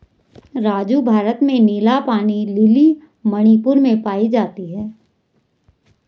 राजू भारत में नीला पानी लिली मणिपुर में पाई जाती हैं